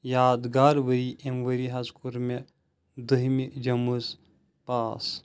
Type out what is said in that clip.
یادگار ؤری امہِ ؤری حظ کوٚر مے دٕہِمہِ جَمٲژ پاس